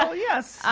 ah yes!